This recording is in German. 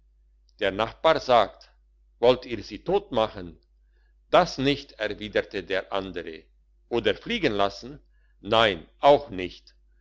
der nachbar sagt wollt ihr sie totmachen das nicht erwiderte der andere oder fliegen lassen nein auch nicht